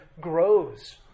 grows